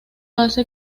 hace